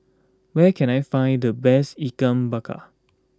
where can I find the best Ikan Bakar